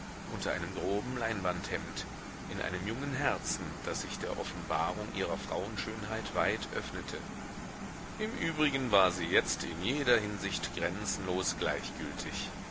unter einem groben leinwandhemd in einem jungen herzen das sich der offenbarung ihrer frauenschönheit weit öffnete im übrigen war sie jetzt in jeder hinsicht grenzenlos gleichgültig